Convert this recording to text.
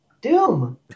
Doom